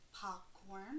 Popcorn